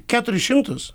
keturis šimtus